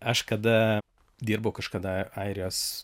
aš kada dirbau kažkada airijos